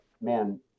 man